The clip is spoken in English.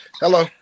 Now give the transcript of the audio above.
Hello